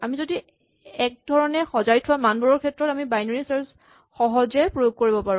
আমি কৈছো যে এক ধৰণে সজাই থোৱা মানবোৰৰ ক্ষেত্ৰত আমি বাইনেৰী চাৰ্ছ সহজে প্ৰয়োগ কৰিব পাৰো